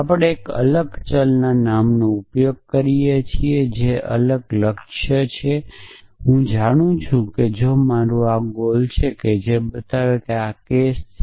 આપણે એક અલગ ચલ નામનો ઉપયોગ કરીએ છીએ જે એક લક્ષ્ય અવાજ છે જો હું જાણું કે જો આ મારું ગોલ છે જે બતાવે છે કે આ એક કેસ છે